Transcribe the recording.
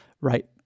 right